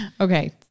Okay